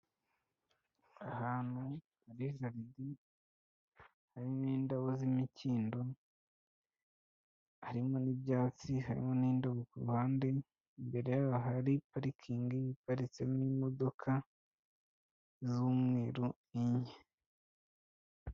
Ahantu muri jaride hari n'indabo z'imikindo, harimo n'ibyatsi, harimo n'indobo ku ruhande, imbere hari ahari parikingi iparitsemo imodoka z'umweru n'inke.